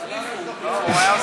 ראש עירייה.